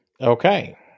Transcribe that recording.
Okay